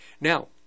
Now